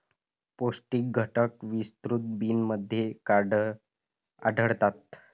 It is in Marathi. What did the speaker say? पौष्टिक घटक विस्तृत बिनमध्ये आढळतात